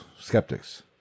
skeptics